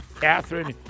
Catherine